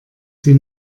sie